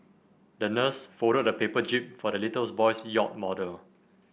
the nurse folded a paper jib for the little boy's yacht model